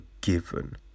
given